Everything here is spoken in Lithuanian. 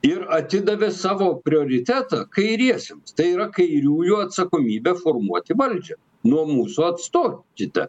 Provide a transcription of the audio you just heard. ir atidavė savo prioritetą kairiesiem tai yra kairiųjų atsakomybė formuoti valdžią nuo mūsų atstokite